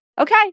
okay